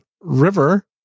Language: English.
river